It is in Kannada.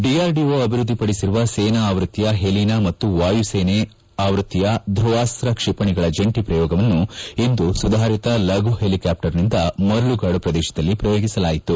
ಡಿಆರ್ಡಿಓ ಅಭಿವೃದ್ಧಿಪಡಿಸಿರುವ ಸೇನಾ ಆವೃತ್ತಿಯ ಹೆಲಿನಾ ಮತ್ತು ವಾಯುಸೇನಾ ಆವೃತ್ತಿಯ ಧುವಾಸ್ತ ಕ್ಷಿಪಣಿಗಳ ಜಂಟಿ ಪ್ರಯೋಗವನ್ನು ಇಂದು ಸುಧಾರಿತ ಲಘು ಹೆಲಿಕಾಪ್ಲರ್ನಿಂದ ಮರಳುಗಾಡು ಪ್ರದೇಶದಲ್ಲಿ ಪ್ರಯೋಗಿಸಲಾಯಿತು